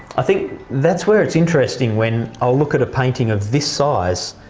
i think that's where it's interesting when i look at a painting of this size,